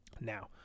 Now